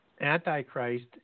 antichrist